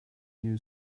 new